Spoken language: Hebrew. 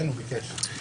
שנמצא כאן בזום.